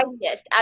yes